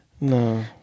no